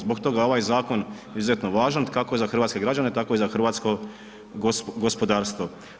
Zbog toga je ovaj zakon izuzetno važan, kako za hrvatske građane, tako i za hrvatsko gospodarstvo.